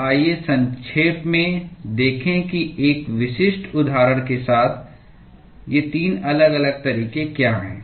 तो आइए संक्षेप में देखें कि एक विशिष्ट उदाहरण के साथ ये 3 अलग अलग तरीके क्या हैं